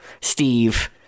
Steve